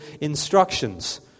instructions